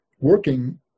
working